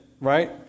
right